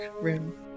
Room